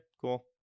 cool